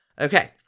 okay